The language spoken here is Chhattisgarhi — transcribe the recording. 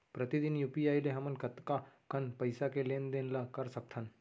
प्रतिदन यू.पी.आई ले हमन कतका कन पइसा के लेन देन ल कर सकथन?